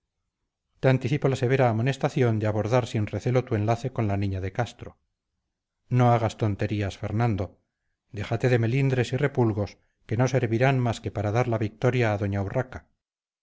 te anticipo la severa amonestación de abordar sin recelo tu enlace con la niña de castro no hagas tonterías fernando déjate de melindres y repulgos que no servirían más que para dar la victoria a doña urraca